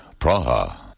Praha